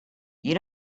you